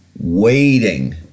waiting